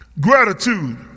Gratitude